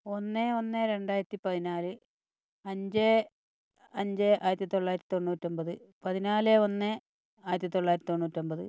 ഒന്ന് ഒന്ന് രണ്ടായിരത്തി പതിനാല് അഞ്ച് അഞ്ച് ആയിരത്തിത്തൊള്ളായിരത്തി തൊണ്ണൂറ്റി ഒൻപത് പതിനാല് ഒന്ന് ആയിരത്തി തൊള്ളായിരത്തി തൊണ്ണൂറ്റി ഒൻപത്